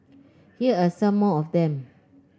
here are some more of them